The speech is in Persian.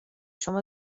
شما